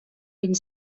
vint